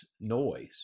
noise